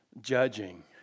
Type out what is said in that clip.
judging